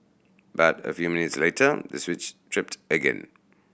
but a few minutes later the switch tripped again